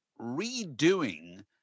redoing